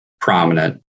prominent